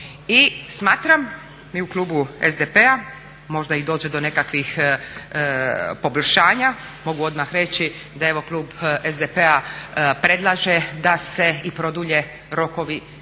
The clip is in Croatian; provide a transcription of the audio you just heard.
I smatramo, mi u klubu SDP-a, možda i dođe do nekakvih poboljšanja, mogu odmah reći da evo klub SDP-a predlaže da se i produlje rokovi